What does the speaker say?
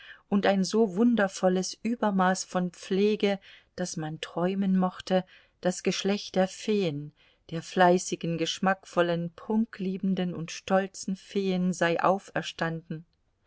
und ein so wundervolles übermaß von pflege daß man träumen mochte das geschlecht der feen der fleißigen geschmackvollen prunkliebenden und stolzen feen sei auferstanden